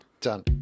Done